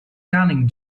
canning